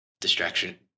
distraction